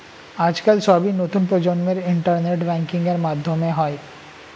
আজকাল সবই নতুন প্রজন্মের ইন্টারনেট ব্যাঙ্কিং এর মাধ্যমে হয়